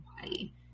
body